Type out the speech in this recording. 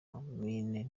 mine